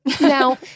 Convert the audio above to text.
now